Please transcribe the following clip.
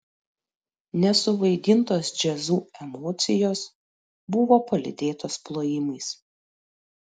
nesuvaidintos jazzu emocijos buvo palydėtos plojimais